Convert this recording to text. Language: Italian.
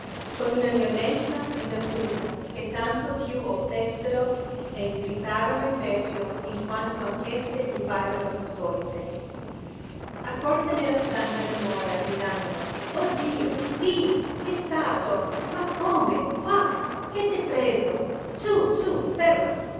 con una violenza e una furia che tanto più oppressero e irritarono il vecchio in quanto anch'esse gli parvero insolite accorse nella stanza la nuora gridando oh dio tittì ch'è stato ma come qua che t'è preso su su ferma